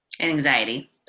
Anxiety